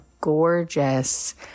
gorgeous